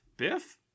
Biff